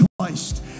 Christ